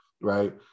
right